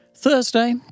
Thursday